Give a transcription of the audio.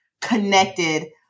connected